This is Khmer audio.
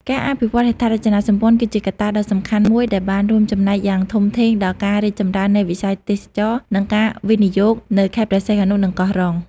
ការអភិវឌ្ឍហេដ្ឋារចនាសម្ព័ន្ធ គឺជាកត្តាដ៏សំខាន់មួយដែលបានរួមចំណែកយ៉ាងធំធេងដល់ការរីកចម្រើននៃវិស័យទេសចរណ៍ និងការវិនិយោគនៅខេត្តព្រះសីហនុ និងកោះរ៉ុង។